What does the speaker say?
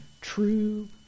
true